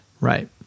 right